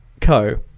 Co